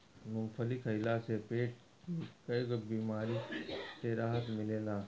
मूंगफली खइला से पेट के कईगो बेमारी से राहत मिलेला